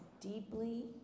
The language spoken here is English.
deeply